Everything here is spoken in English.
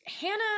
hannah